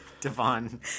Devon